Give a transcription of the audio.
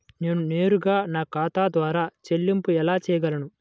నేను నేరుగా నా ఖాతా ద్వారా చెల్లింపులు ఎలా చేయగలను?